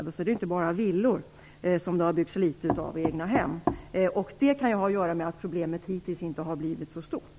Det gäller inte bara villor och egnahem. Detta kan ha att göra med att problemet hittills inte har blivit så stort.